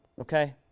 Okay